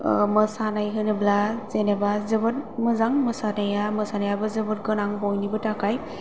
मोसानाय होनोब्ला जेनोबा जोबोर मोजां मोसानाया मोसानायाबो जोबोर गोनां बयनिबो थाखाय